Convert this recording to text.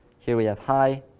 here we have hi,